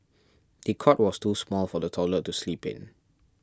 the cot was too small for the toddler to sleep in